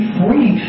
free